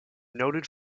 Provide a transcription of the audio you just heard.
noted